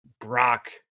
Brock